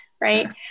right